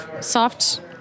soft